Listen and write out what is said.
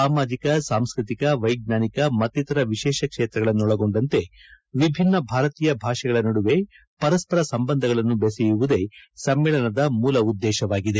ಸಾಮಾಜಿಕ ಸಾಂಸ್ಟ್ರತಿಕ ವೈಜ್ಞಾನಿಕ ಮತ್ತಿತರ ವಿಶೇಷ ಕ್ಷೇತ್ರಗಳನ್ನೊಳಗೊಂಡಂತೆ ವಿಭಿನ್ನ ಭಾರತೀಯ ಭಾಷೆಗಳ ನಡುವೆ ಪರಸ್ಪರ ಸಂಬಂಧಗಳನ್ನು ಬೆಸೆಯುವುದೇ ಸಮ್ಮೇಳನದ ಮೂಲ ಉದ್ದೇಶವಾಗಿದೆ